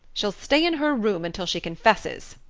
she'll stay in her room until she confesses,